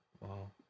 Wow